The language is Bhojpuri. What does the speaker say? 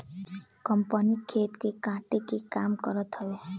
कम्पाईन खेत के काटे के काम करत हवे